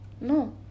No